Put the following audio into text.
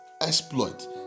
exploit